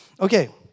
Okay